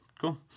cool